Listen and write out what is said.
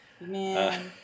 Man